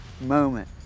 moment